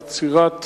בעצירת